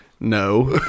No